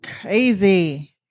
Crazy